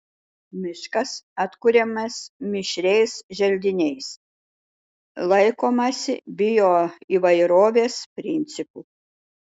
miškas atkuriamas mišriais želdiniais laikomasi bioįvairovės principų